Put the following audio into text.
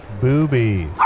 Booby